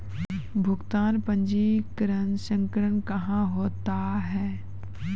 भुगतान पंजी संग्रह कहां होता हैं?